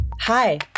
Hi